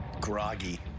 groggy